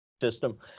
system